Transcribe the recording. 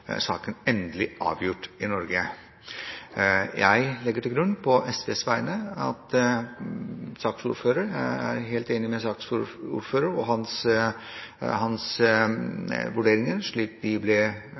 saken endelig avgjort i Norge. SV og jeg er helt enig med saksordføreren i hans vurderinger, slik de ble framført i hans